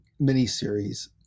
miniseries